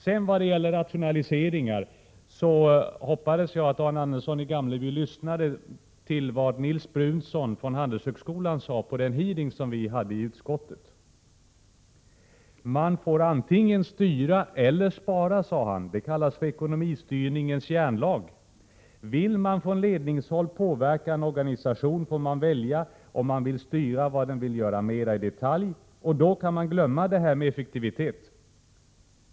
När det sedan gäller frågan om rationaliseringar så hoppas jag att Arne Andersson i Gamleby lyssnade till vad Nils Brunsson från Handelshögskolan sade vid den utfrågning som vi hade i utskottet. ”Man får antingen styra eller spara.” Detta kallas ”ekonomistyrningens järnlag”. ——- ”Vill man från ledningshåll påverka en organisation får man välja om man vill styra vad den vill göra mer i detalj — och då kan man glömma det här med effektivitet.